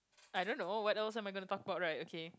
I don't know what else am I gonna talk about right okay